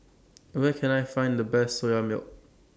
Where Can I Find The Best Soya Milk